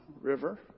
River